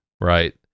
right